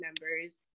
members